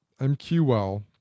MQL